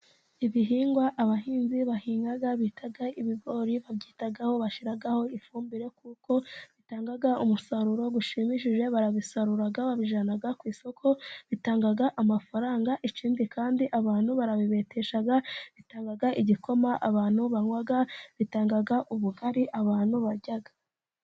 Ibihingwa abahinzi bahinga bita ibigori babyitaho, bashiraho ifumbire kuko bitanga umusaruro ushimishije, barabisarura babijyana ku isoko, bitanga amafaranga, ikindi kandi abantu barabibetesha bitanga igikoma abantu banywa, bitanga ubugari abantu barya.